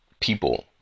people